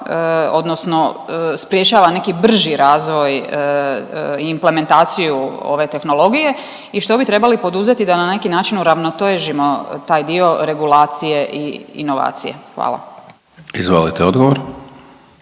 odnosno sprječava neki brži razvoj i implementaciju ove tehnologije i što bi trebali poduzeti da na neki način uravnotežimo taj dio regulacije i inovacije? Hvala. **Hajdaš